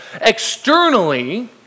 externally